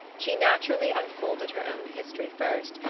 she naturally unfolded her own history first,